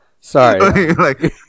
Sorry